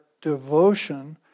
devotion